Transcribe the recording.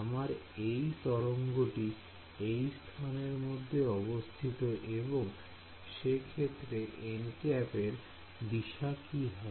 আমার এই তরঙ্গটি এই স্থানের মধ্যে অবস্থিত এবং সে ক্ষেত্রে nˆ এর দিশা কি হবে